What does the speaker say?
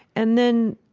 and then,